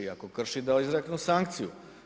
I ako krši da izreknu sankciju.